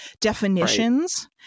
definitions